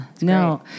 no